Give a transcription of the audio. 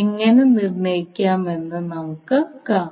എങ്ങനെ നിർണ്ണയിക്കാമെന്ന് നമുക്ക് കാണാം